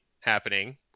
happening